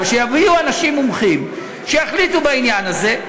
אבל שיביאו אנשים שיחליטו בעניין הזה.